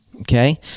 okay